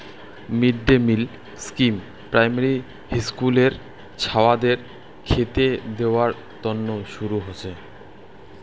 mid day meal scheme primary হিস্কুলের ছাওয়াদের খেতে দেয়ার তন্ন শুরু হসে